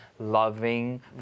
Loving